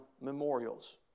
memorials